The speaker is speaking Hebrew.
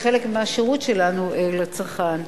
כחלק מהשירות שלנו לצרכן.